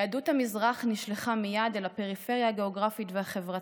יהדות המזרח נשלחה מייד אל הפריפריה הגאוגרפית והחברתית,